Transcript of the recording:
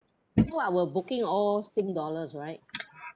may I know our booking all sing dollars right